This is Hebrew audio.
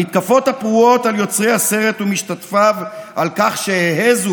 המתקפות הפרועות על יוצרי הסרט ומשתתפיו על כך ש"העזו"